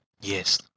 Yes